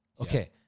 okay